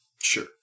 Sure